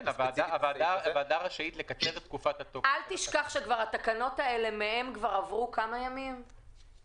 מהיום שבו הרכבת שבה לפעילות והתחילה לעבוד לפי הקו הסגול,